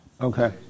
okay